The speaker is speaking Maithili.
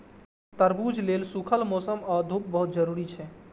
तरबूज लेल सूखल मौसम आ धूप बहुत जरूरी छै